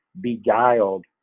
beguiled